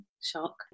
shock